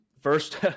first